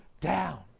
down